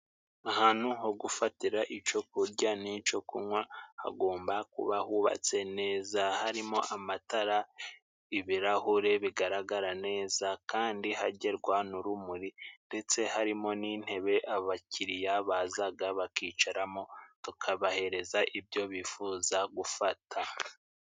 Ahantu ho gufatira ico kurya n'ico kunwa hagomba kuba hubatse neza harimo: amatara ibirahure bigaragara neza ,kandi hagerwa n'urumuri, ndetse harimo n'intebe abakiriya bazaga bakicaramo tukabahereza ibyo bifuza gufata.